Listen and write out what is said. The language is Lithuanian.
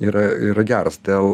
yra yra geras dėl